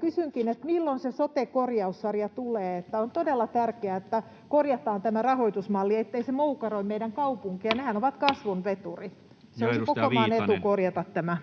Kysynkin: milloin se sote-korjaussarja tulee? On todella tärkeää, että korjataan tämä rahoitusmalli, ettei se moukaroi meidän kaupunkeja. Nehän ovat kasvun veturi, ja olisi koko maan etu korjata tämä.